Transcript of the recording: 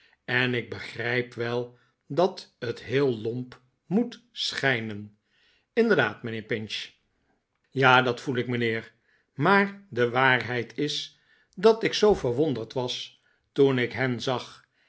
en ik begrijp wel dat het heel lomp moet schijnen inderdaad mijnheer pinch ja dat voel ik mijnheer maar de waarheid is dat ik zoo verwonderd was toen ik hen zag